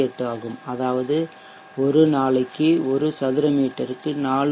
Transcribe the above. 58 ஆகும் அதாவது ஒரு நாளைக்கு ஒரு சதுரமீட்டருக்கு 4